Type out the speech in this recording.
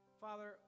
father